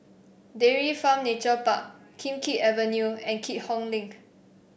Dairy Farm Nature Park Kim Keat Avenue and Keat Hong Link